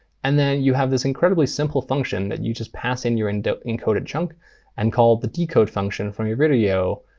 and then you have this incredibly simple function that you just pass in your and encoded chunk and call the decode function from your videodecoder,